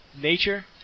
nature